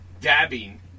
dabbing